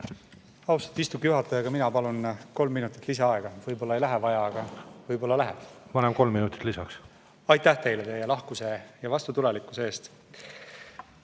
Austatud istungi juhataja! Ka mina palun kolm minutit lisaaega. Võib-olla ei lähe vaja, aga võib-olla läheb. Ma annan kolm minutit lisaks. Aitäh teile teie lahkuse ja vastutulelikkuse eest!